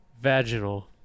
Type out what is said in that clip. Vaginal